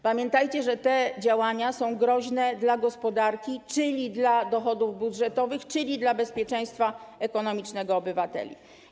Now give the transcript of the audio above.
Pamiętajcie, że te działania są groźne dla gospodarki, czyli dla dochodów budżetowych, czyli dla bezpieczeństwa ekonomicznego obywateli.